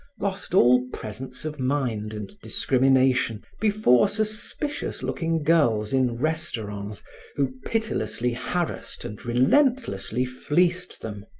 lost all presence of mind and discrimination before suspicious looking girls in restaurants who pitilessly harassed and relentlessly fleeced them.